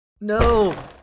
no